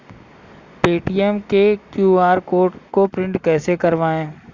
Paytm के QR code को print कैसे करवाएँ?